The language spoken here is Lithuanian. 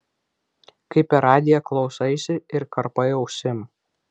kai per radiją klausaisi ir karpai ausim